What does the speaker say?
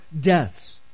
deaths